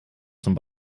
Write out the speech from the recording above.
zum